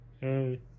Hey